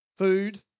Food